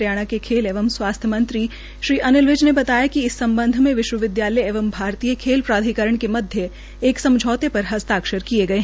हरियाणा के खेल एवं स्वास्थ्य मंत्री श्री अनिल विज ने बताया कि सम्बध में विश्वविद्याय एवं भारतीय खेल प्राधिकरण के मध्य एक समझौते पर हस्ताक्षर किए गये